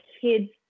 kids